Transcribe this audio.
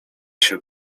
się